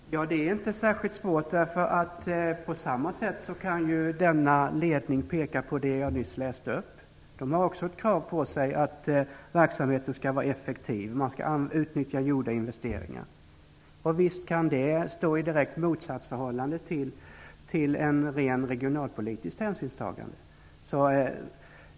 Herr talman! Det är inte särskilt svårt. På samma sätt kan ju denna ledning peka på det jag nyss läste upp. Den har också kravet på sig att verksamheten skall vara effektiv och att man skall utnyttja gjorda investeringar. Visst kan det stå i ett direkt motsatsförhållande till ett rent regionalpolitiskt hänsynstagande!